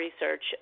research